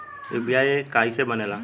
UPI कईसे बनेला?